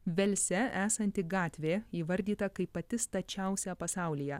velse esanti gatvė įvardyta kaip pati stačiausia pasaulyje